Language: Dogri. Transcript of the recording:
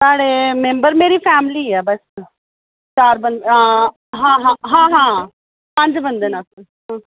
साढ़े मेंबर मेरी फैमिली ऐ बस चार बंदे हां हां हां हां पंज बंदे न अस